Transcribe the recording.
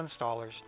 installers